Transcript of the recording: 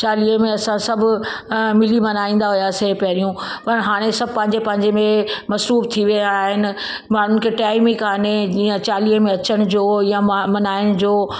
चालीहे में असां सभु अ मिली मल्हाईंदा हुआसीं पहिरियों पर हाणे सभु पंहिंजे पंहिंजे में मसरूफ़ थी विया आहिनि माण्हुनि खे टाइम ई कोन्हे जीअं चालीहे में अचनि जो या मा मल्हाइण जो